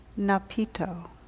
Napito